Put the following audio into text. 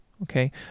okay